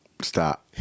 Stop